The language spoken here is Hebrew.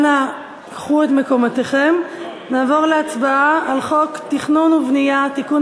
נעבור להצבעה על חוק התכנון והבנייה (תיקון